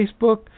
Facebook